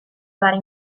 vari